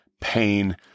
pain